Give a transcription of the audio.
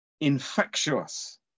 infectious